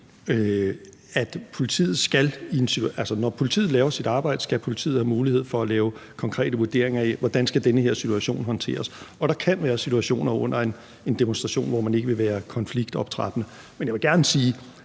når politiet laver sit arbejde, skal politiet have mulighed for at lave konkrete vurderinger af, hvordan en situation skal håndteres, og der kan være situationer under en demonstration, hvor man ikke vil være konfliktoptrappende. Men jeg vil gerne sige,